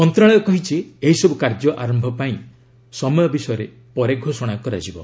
ମନ୍ତ୍ରଣାଳୟ କହିଛି ଏହିସବୁ କାର୍ଯ୍ୟ ଆରମ୍ଭ ପାଇଁ ସମୟ ବିଷୟରେ ପରେ ଘୋଷଣା କରାଯିବ